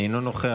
אינו נוכח,